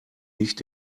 nicht